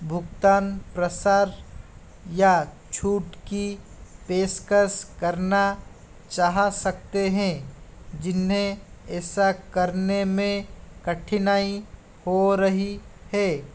भुगतान प्रसार या छूट की पेशकश करना चाह सकते हैं जिन्हे ऐसा करने मे कठिनाई हो रही है